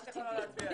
פה אחד אושר.